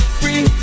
free